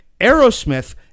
Aerosmith